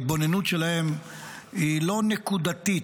ההתבוננות שלהם היא לא נקודתית,